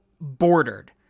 bordered